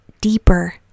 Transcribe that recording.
deeper